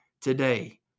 today